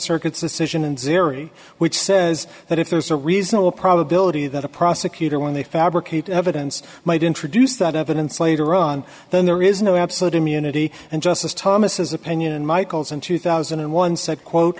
circuit suspicion and zero three which says that if there's a reasonable probability that a prosecutor when they fabricate evidence might introduce that evidence later on then there is no absolute immunity and justice thomas is opinion in michael's in two thousand and one said quote